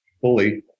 fully